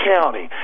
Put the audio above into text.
County